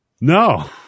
No